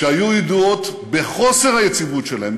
שהיו ידועות בחוסר היציבות שלהן,